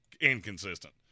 inconsistent